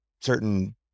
certain